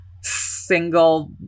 single